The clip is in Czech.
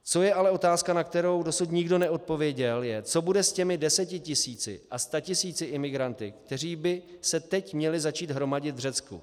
Co je ale otázka, na kterou dosud nikdo neodpověděl, je, co bude s těmi desetitisíci a statisíci imigranty, kteří by se teď měli začít hromadit v Řecku.